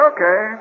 Okay